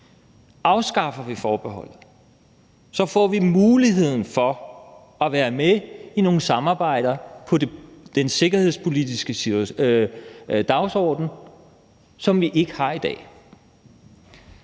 Afskaffer vi forbeholdet, får vi muligheden for at være med i nogle samarbejder på den sikkerhedspolitiske dagsorden, som vi ikke har i dag.